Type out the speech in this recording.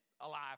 alive